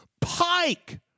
Pike